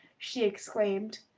she exclaimed,